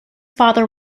father